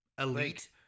elite